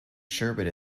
sherbet